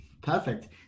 perfect